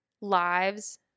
lives